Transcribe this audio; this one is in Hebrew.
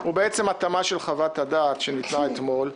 הוא בעצם התאמה של חוות הדעת שניתנה אתמול.